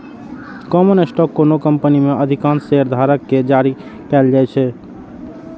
common stock कोनो company मे अधिकांश शेयरधारक कें जारी कैल जाइ छै